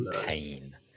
Pain